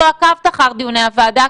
גם לא עקבת אחר דיוני הוועדה,